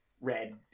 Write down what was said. red